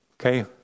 okay